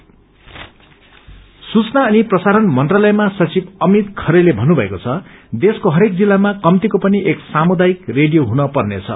community radio सूचना अनि प्रसारण मन्त्रालयमा सचिव अमित खरेले भन्नुभएको छ देशको हरेक जिल्लामा कम्तीको पनि एक सामुदायिक रेडियो हुन पर्नेछ